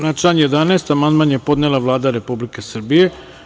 Na član 11. amandman je podnela Vlada Republike Srbije.